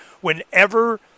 whenever